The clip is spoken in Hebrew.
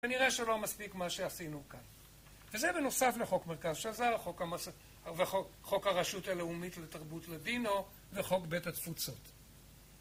כנראה שלא מספיק מה שעשינו כאן. וזה בנוסף לחוק מרכז שזר, וחוק הרשות הלאומית לתרבות לדינו, וחוק בית התפוצות.